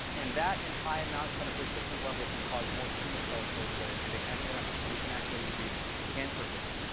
and that in high amounts on a persistent level can cause more tumor cell proliferation. it can actually increase cancer growth.